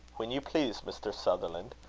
when you please, mr. sutherland,